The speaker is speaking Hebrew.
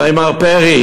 הרי מר פרי,